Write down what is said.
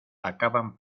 acaban